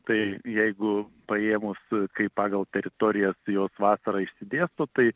tai jeigu paėmus kaip pagal teritorijas jos vasarą išsidėsto tai